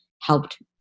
helped